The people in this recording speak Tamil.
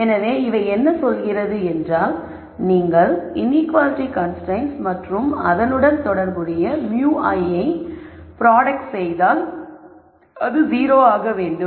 எனவே இவை என்ன சொல்கிறது என்றால் நீங்கள் இன்ஈக்குவாலிட்டி கன்ஸ்ரைன்ட்ஸ் மற்றும் அதனுடன் தொடர்புடைய μi யை ப்ராடக்ட் செய்தால் அது 0 ஆக வேண்டும்